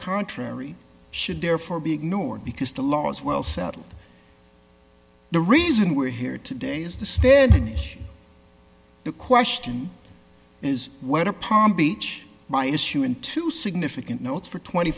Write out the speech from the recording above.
contrary should therefore be ignored because the law as well settled the reason we're here today is the standing issue the question is whether palm beach my issue in two significant notes for twenty